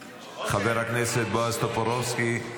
מוותר, חבר הכנסת בועז טופורובסקי,